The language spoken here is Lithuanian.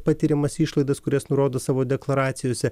patiriamas išlaidas kurias nurodo savo deklaracijose